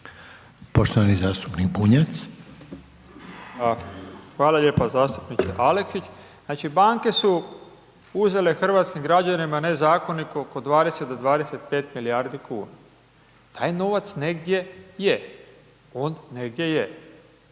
Branimir (Živi zid)** Hvala lijepa zastupniče Aleksić. Znači, banke su uzele hrvatskim građanima nezakonito oko od 20 do 25 milijardi kuna, taj novac negdje je, on negdje je,